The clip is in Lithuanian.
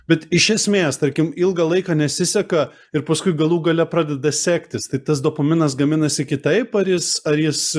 bet iš esmės tarkim ilgą laiką nesiseka ir paskui galų gale pradeda sektis tai tas dopaminas gaminasi kitaip ar jis ar jis